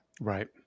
Right